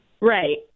Right